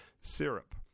syrup